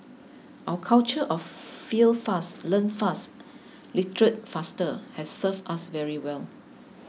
our culture of 'fail fast learn fast iterate faster' has served us very well